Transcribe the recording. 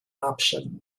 option